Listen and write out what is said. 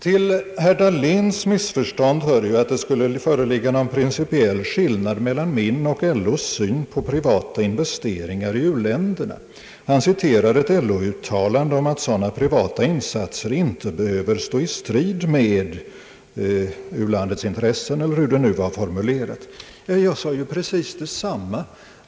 Till herr Dahléns missförstånd hör att det skulle föreligga någon principiell skillnad mellan min och LO:s syn på privata investeringar i u-länderna. Han citerar ett LO-uttalande om att sådana privata insatser inte behöver stå i strid med u-landets intressen — eller hur det nu var formulerat. Men jag sade ju precis detsamma.